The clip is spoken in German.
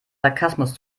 sarkasmus